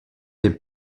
des